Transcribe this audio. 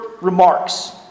remarks